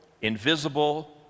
Invisible